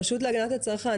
הרשות להגנת הצרכן,